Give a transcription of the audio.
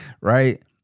Right